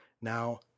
Now